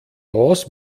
aus